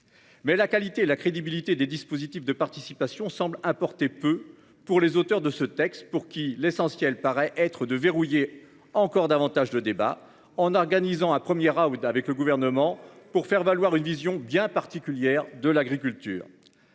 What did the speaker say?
Mais la qualité la crédibilité des dispositifs de participation semble apporter peu pour les auteurs de ce texte pour qui l'essentiel paraît être de verrouiller encore davantage le débat en organisant un 1er round avec le gouvernement pour faire valoir une vision bien particulière de l'agriculture.